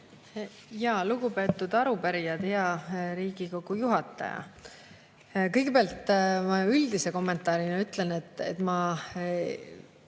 Lugupeetud arupärijad! Hea Riigikogu juhataja! Kõigepealt ma üldise kommentaarina ütlen, et ma